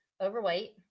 overweight